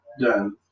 done